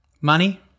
Money